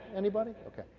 anybody? okay.